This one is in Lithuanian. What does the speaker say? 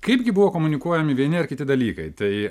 kaipgi buvo komunikuojami vieni ar kiti dalykai tai